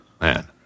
Man